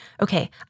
okay